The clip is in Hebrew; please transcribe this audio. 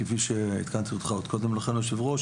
כפי שעדכנתי אותך עוד קודם לכן היושב ראש,